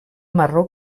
marró